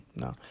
no